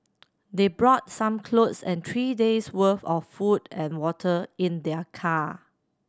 they brought some clothes and three days worth of food and water in their car